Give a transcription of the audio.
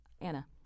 Anna